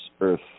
Earth